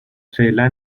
فعلا